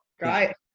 right